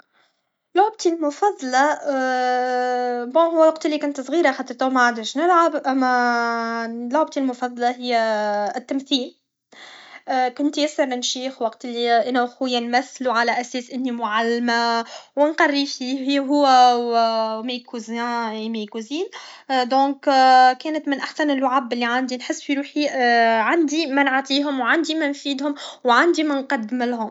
لعبتي المفضلة بون هو وفت لي كنت صغيرة خاطر توه معادش نلعب لعبتي المفضلة هي التمثيل كنت ياسر نشيخ وقتلي كنت انا و خويا نمثلو على أساس اني معلمة و نقري فيه هو و ميكوزان و ميكوزين دونك كانت من احسن اللعب لي عندي نحس في روحي عندي منعطيهم و عندي منفيدهم و عندي منقدملهم